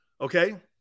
Okay